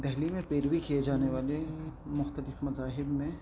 دہلی میں پیروی کیے جانے والے مختلف مذاہب میں